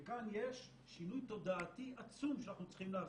וכאן יש שינוי תודעתי עצום שאנחנו צריכים לעשות.